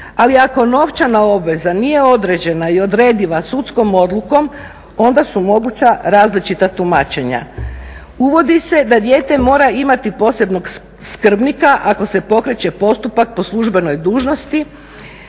Ali ako novčana obveza nije određena i odrediva sudskom odlukom onda su moguća različita tumačenja. Uvodi se da dijete mora imati posebnog skrbnika ako se pokreće postupak po službenoj dužnosti.